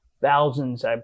thousands